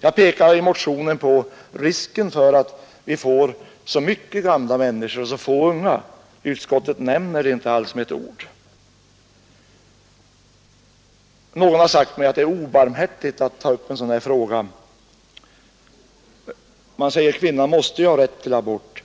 Jag pekar i motionen på risken för att vi får så många gamla människor och så få unga. Utskottet berör inte med ett ord detta förhållande. Någon har sagt mig att det är obarmhärtigt att ta upp en sådan här fråga. Man säger att kvinnan måste ha rätt till abort.